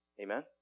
Amen